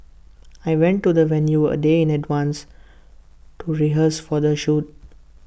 I went to the venue A day in advance to rehearse for the shoot